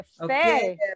Okay